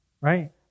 right